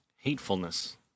hatefulness